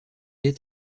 est